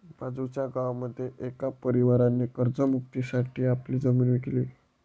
बाजूच्या गावामध्ये एका परिवाराने कर्ज मुक्ती साठी आपली जमीन विकली